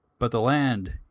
but the land,